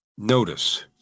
Notice